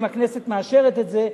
אם הכנסת מאשרת את זה,